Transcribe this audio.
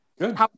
Good